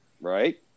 Right